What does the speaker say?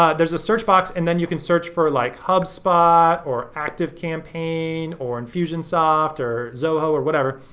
ah there's a search box and then you can search for like hubspot or activecampaign or infusionsoft or zoho or whatever.